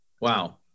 Wow